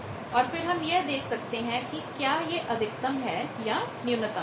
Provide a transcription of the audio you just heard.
और फिर हम यह देख सकते हैं कि क्या यह अधिकतम है या न्यूनतम